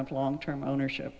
of long term ownership